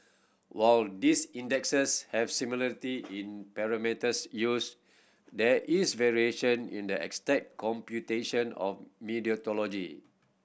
while these indexes have similarity in parameters used there is variation in the exact computation of methodology